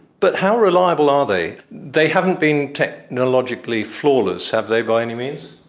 but how reliable are they? they haven't been technologically flawless, have they, by any means?